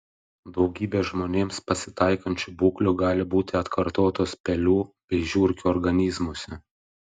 daugybė žmonėms pasitaikančių būklių gali būti atkartotos pelių bei žiurkių organizmuose